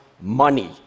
money